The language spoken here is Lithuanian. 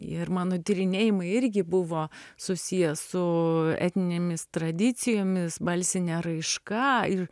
ir mano tyrinėjimai irgi buvo susiję su etninėmis tradicijomis balsine raiška ir